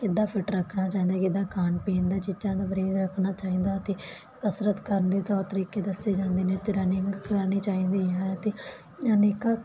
ਕਿੱਦਾ ਫਿਟ ਰੱਖਣਾ ਚਾਹੀਦਾ ਕਿੱਦਾ ਖਾਣ ਪੀਣ ਦਾ ਚੀਜ਼ਾਂ ਦਾ ਗਰੇਜ ਰੱਖਣਾ ਚਾਹੀਦਾ ਤੇ ਕਸਰਤ ਕਰਨ ਦੇ ਤੌਰ ਤਰੀਕੇ ਦੱਸੇ ਜਾਂਦੇ ਨੇ ਤੇ ਰਨਿੰਗ ਕਰਨੀ ਚਾਹੀਦੀ ਹੈ ਅਤੇ ਅਨੇਕਾਂ